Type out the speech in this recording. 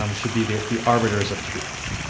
um should be the the arbiters of truth.